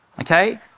okay